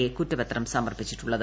A കുറ്റപത്രം സമർപ്പിച്ചിട്ടുള്ളത്